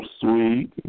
sweet